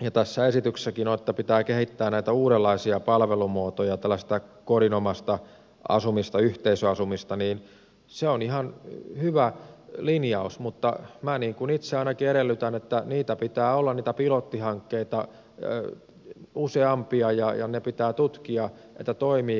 ja tässä esityksessäkin se on että pitää kehittää näitä uudenlaisia palvelumuotoja tällaista kodinomaista yhteisöasumista niin se on ihan hyvä linjaus mutta minä itse ainakin edellytän että niitä pilottihankkeita pitää olla useampia ja pitää tutkia toimivatko ne